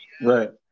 Right